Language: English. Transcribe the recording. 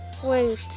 Wait